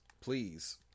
please